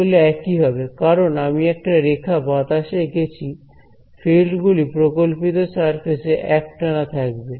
এগুলো একই হবে কারণ আমি একটা রেখা বাতাসে এঁকেছি ফিল্ড গুলি প্রকল্পিত সারফেস এ একটানা থাকবে